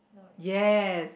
yes